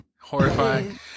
horrifying